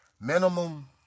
minimum